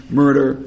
murder